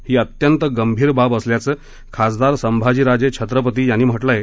ही अत्यंत गंभीर बाब असल्याचं खासदार संभाजीराजे छत्रपती यांनी म्हटलं आहे